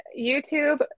YouTube